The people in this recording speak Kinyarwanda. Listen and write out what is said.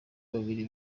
babiri